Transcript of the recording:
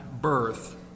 birth